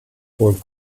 wohl